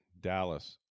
Dallas